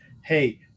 hey